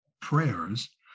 prayers